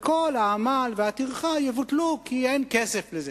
כל העמל והטרחה יבוטלו, כי אין כסף לזה.